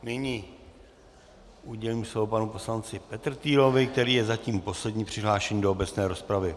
Nyní udělím slovo panu poslanci Petrtýlovi, který je zatím posledním přihlášeným do obecné rozpravy.